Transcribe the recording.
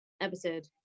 episode